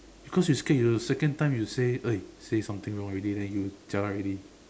because you scared you second time you say !oi! say something wrong already then you jialat already